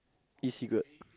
E-cigarette